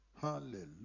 Hallelujah